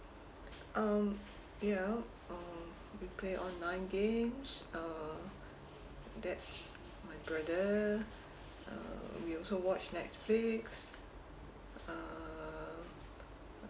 um ya um we play online games uh that's my brother uh we also watch Netflix err